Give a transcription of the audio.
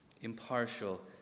impartial